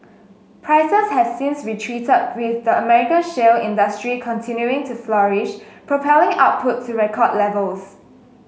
prices have since retreated with the American shale industry continuing to flourish propelling output to record levels